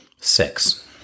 Six